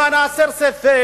למען הסר ספק,